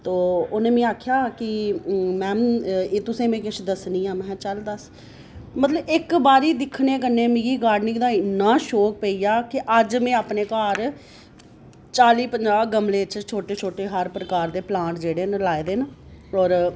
ते उन्नै मिगी आखेआ कि मैम में तुसेंगी किश दस्सनी आं ते में आखेआ चल दस्स कि इक्क बारी दिक्खने कन्नै मिगी गार्डनिंग दा इन्ना शौक पेई गेआ की अज्ज में घर चाली पंजाह् गमले च हर प्रकार दे प्लांट जेह्ड़े लाए दे न होर